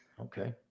Okay